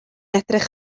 edrych